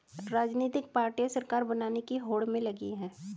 राजनीतिक पार्टियां सरकार बनाने की होड़ में लगी हैं